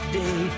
day